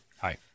Hi